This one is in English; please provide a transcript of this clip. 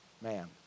man